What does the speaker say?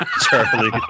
Charlie